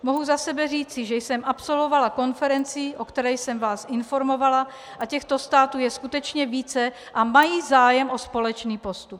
Mohu za sebe říci, že jsem absolvovala konferenci, o které jsem vás informovala, a těchto států je skutečně více a mají zájem o společný postup.